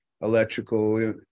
electrical